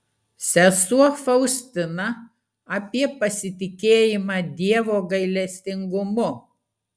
sesuo faustina apie pasitikėjimą dievo gailestingumu